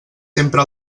sempre